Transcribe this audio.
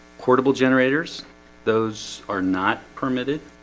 portable generators those are not permitted.